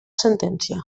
sentència